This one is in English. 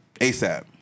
ASAP